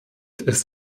ist